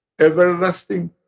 everlasting